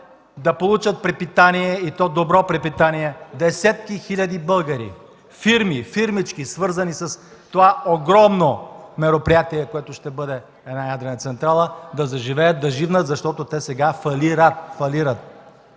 да получат препитание и то добро препитание десетки хиляди българи, фирми, фирмички, свързани с това огромно мероприятие, което ще бъде една ядрена централа, да заживеят, да живнат, защото сега фалират.